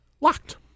locked